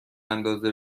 اندازه